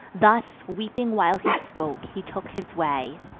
thus, weeping while he spoke, he took his way,